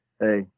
hey